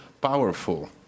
powerful